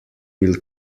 will